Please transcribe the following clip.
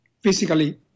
physically